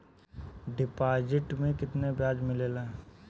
Deposit मे केतना बयाज मिलेला?